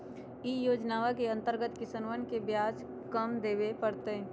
ई योजनवा के अंतर्गत किसनवन के ब्याज कम देवे पड़ तय